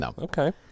okay